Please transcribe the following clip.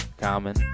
Common